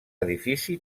edifici